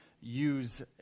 use